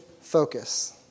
focus